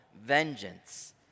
vengeance